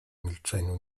milczeniu